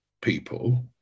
people